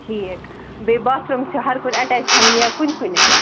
ٹھیٖک بیٚیہِ bathroom چھا ہَر کُنہِ اَٹیٚچ تھاوُن یا کُنہِ کُنہِ